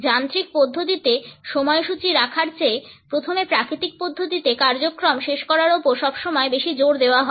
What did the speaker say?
যান্ত্রিক পদ্ধতিতে সময়সূচী রাখার চেয়ে প্রথমে প্রাকৃতিক পদ্ধতিতে কার্যক্রম শেষ করার উপর সবসময় বেশি জোর দেওয়া হয়